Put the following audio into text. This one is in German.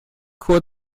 alle